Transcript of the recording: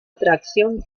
atracción